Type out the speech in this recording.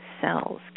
cells